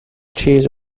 cheese